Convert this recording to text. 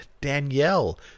Danielle